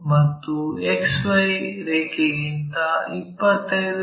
ಮತ್ತು XY ರೇಖೆಗಿಂತ 25 ಮಿ